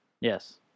Yes